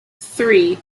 three